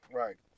right